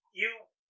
you-